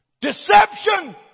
Deception